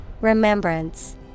Remembrance